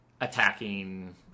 attacking